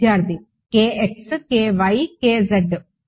విద్యార్థి k x k y k z